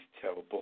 terrible